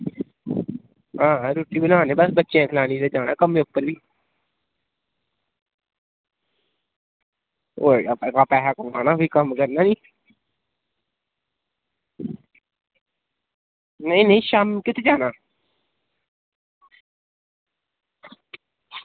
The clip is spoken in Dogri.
आं रुट्टी बना ने आं बस रुट्टी बनानी ते बच्चें खानी ते कम्में उप्पर जा नै आं ते जेकर पैसा कमाना ते भी कम्म करना निं भी नेईं नेईं शामीं तक्क जाना